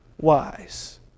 wise